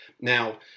Now